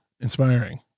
inspiring